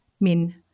Min